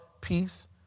peace